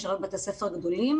בוקר טוב.